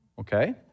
okay